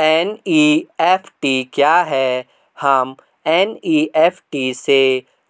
NEFT क्या है हम एन.ई.एफ.टी से